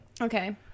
Okay